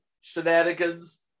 shenanigans